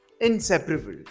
inseparable